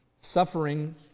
suffering